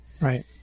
Right